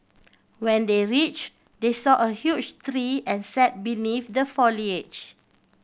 when they reach they saw a huge tree and sat beneath the foliage